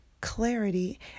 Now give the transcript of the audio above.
clarity